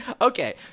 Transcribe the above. Okay